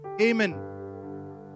Amen